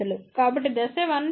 కాబట్టి దశ 1 పాత్